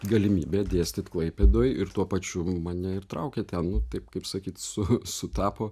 galimybė dėstyt klaipėdoj ir tuo pačiu mane ir traukė ten nu taip kaip sakyt su sutapo